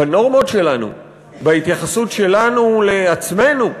בנורמות שלנו, בהתייחסות שלנו לעצמנו.